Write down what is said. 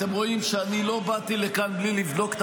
אתם רואים שאני לא באתי לכאן בלי לבדוק את